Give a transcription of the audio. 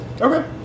Okay